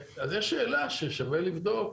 יש שאלה ששווה לבדוק,